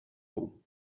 home